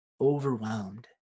overwhelmed